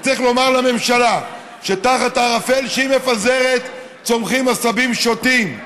וצריך לומר לממשלה שתחת הערפל שהיא מפזרת צומחים עשבים שוטים.